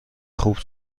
خوب